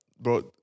bro